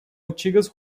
antigas